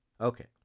Okay